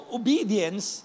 obedience